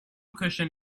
cushion